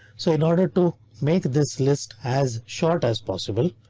so in order to make this list as short as possible.